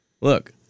Look